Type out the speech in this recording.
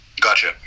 gotcha